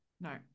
no